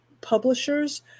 publishers